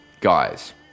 guys